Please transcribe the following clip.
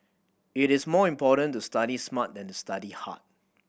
it is more important to study smart than to study hard